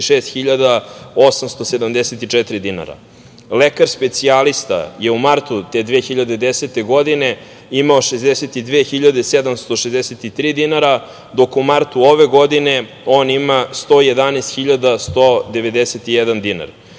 56.874 dinara. Lekar specijalista je u martu te 2010. godine imao 62.763 dinara, dok u martu ove godine on ima 111.191 dinar.